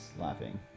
laughing